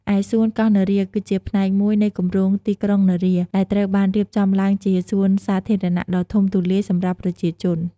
ឯសួនកោះនរា គឺជាផ្នែកមួយនៃគម្រោងទីក្រុងនរា ដែលត្រូវបានរៀបចំឡើងជា សួនសាធារណៈដ៏ធំទូលាយសម្រាប់ប្រជាជន។